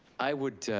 i would,